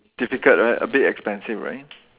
difficult right a bit expensive right